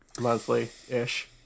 monthly-ish